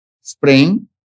spring